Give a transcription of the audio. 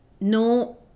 No